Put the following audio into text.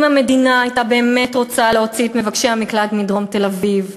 אם המדינה הייתה באמת רוצה להוציא את מבקשי המקלט מדרום תל-אביב,